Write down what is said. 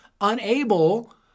unable